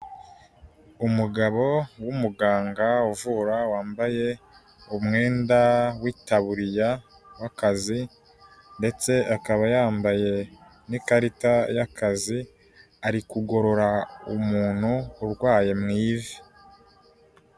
Umugabo w'umuganga uvura wambaye umwenda w'itaburiya w'akazi, ndetse akaba yambaye n'ikarita y'akazi, ari kugorora umuntu urwaye mu ivi.